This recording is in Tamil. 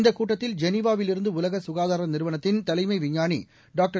இந்தகூட்டத்தில் ஜெனிவாவில் இருந்துஉலகசுகாதாரநிறுவனத்தின் தலைமைவிஞ்ஞானிடாக்டர்